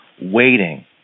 waiting